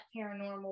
paranormal